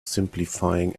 simplifying